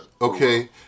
Okay